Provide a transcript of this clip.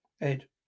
Ed